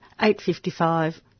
855